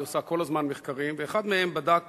היא עושה כל הזמן מחקרים, ואחד מהם בדק